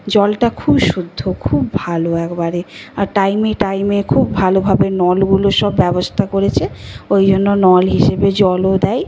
জলটা খুব শুদ্ধ খুব ভালো একবারে আর টাইমে টাইমে খুব ভালোভাবে নলগুলো সব ব্যবস্থা করেছে ওই জন্য নল হিসেবে জলও দেয়